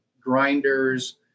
grinders